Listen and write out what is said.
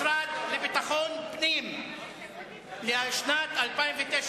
משרד לביטחון פנים לשנת 2009,